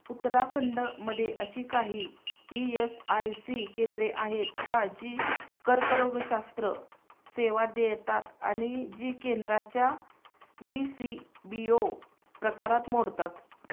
उत्तराखंडमध्ये अशी काही ई यस आय सी केंद्रे आहेत का जी कर्करोगशास्त्र सेवा देतात आणि जी केंद्राच्या डी सी बी ओ प्रकारात मोडतात